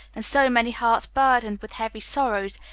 and so many hearts burdened with heavy sorrows,